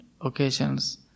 occasions